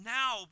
now